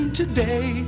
today